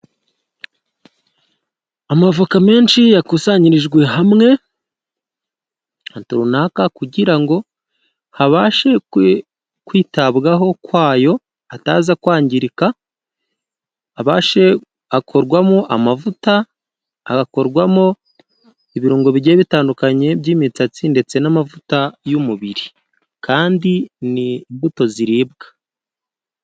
Amavoka menshi yakusanyirijwe hamwe, ahantu runaka kugira ngo habashe kwitabwaho kwayo ataza kwangirika, abashe akorwamo amavuta, agakorwamo ibirungo bigiye bitandukanye by'imitsatsi ndetse n'amavuta y'umubiri kandi ni imbuto ziribwa.